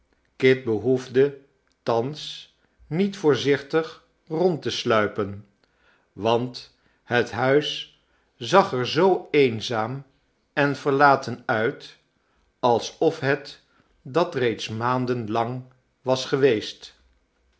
kit behoefde thans niet voorzichtig rond te sluipen want het huis zag er zoo eenzaam en verlaten uit alsof het dat reeds maanden lang was geweest